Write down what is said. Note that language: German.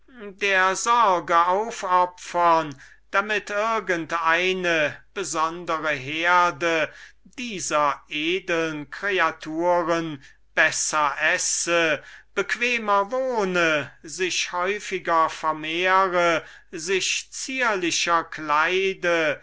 der sorge aufopfern damit irgend eine besondere herde dieser edeln kreaturen besser esse schöner wohne sich häufiger begatte sich besser kleide